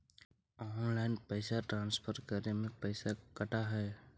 Online पैसा transfer करे में पैसा कटा है?